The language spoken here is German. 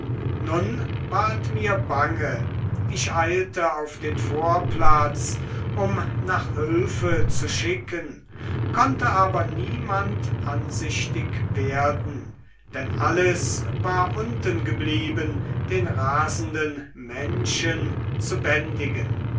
nun ward mir bange ich eilte auf den vorplatz um nach hülfe zu schicken konnte aber niemand ansichtig werden denn alles war unten geblieben den rasenden menschen zu bändigen